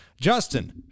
Justin